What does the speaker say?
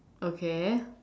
okay